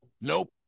Nope